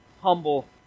humble